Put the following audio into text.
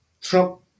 Trump